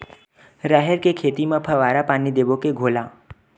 राहेर के खेती म फवारा पानी देबो के घोला?